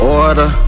order